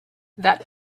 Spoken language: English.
that